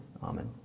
Amen